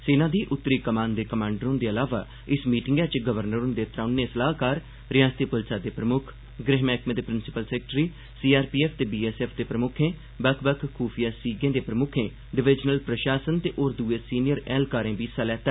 सेना दी उत्तर कमान दे कमांडर हुंदे अलावा इस मीटिंग च गवर्नर हुंदे त्रौने सलाहकार रिआसती पुलसा दे प्रमुक्ख गृह मैह्कमे दे प्रिंसिपल सैक्रेटरी सीआरपीएफ ते बीएसएफ दे प्रमक्खें बक्ख बक्ख खूफिया सीगें दे प्रमुक्खें डिवीजनल प्रशासन ते होर दुए सीनियर ऐह्लकारें बी हिस्सा लैता